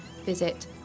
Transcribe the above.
visit